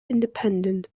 independent